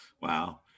Wow